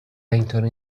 اینطوری